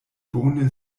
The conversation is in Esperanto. bone